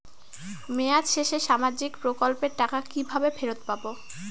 মেয়াদ শেষে সামাজিক প্রকল্পের টাকা কিভাবে ফেরত পাবো?